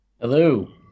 hello